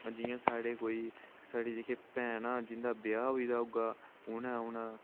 जि'यां साढ़े कोई साढ़ी जेह्की भैनां जि'न्दा ब्याह् होई गेदा होगा उ'नें औना